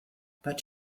but